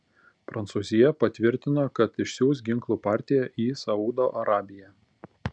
prancūzija patvirtino kad išsiųs ginklų partiją į saudo arabiją